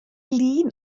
lŷn